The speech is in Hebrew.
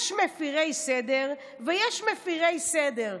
"יש מפירי סדר ויש מפירי סדר.